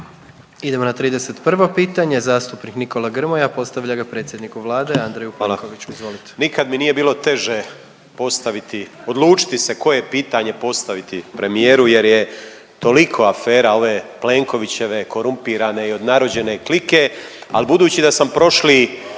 Idemo na 31. pitanje zastupnik Nikola Grmoja postavlja ga predsjedniku Vlade Andreju Plenkoviću. Izvolite. **Grmoja, Nikola (MOST)** Nikad mi nije bilo teže postaviti, odlučiti se koje pitanje postaviti premijeru jer je toliko afere ove Plenkovićeve korumpirane i odnarođene klike. Ali budući da sam prošli